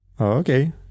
Okay